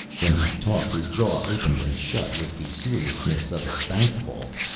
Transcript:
when he talked his jaw opened and shut with the seriousness of a bank vault.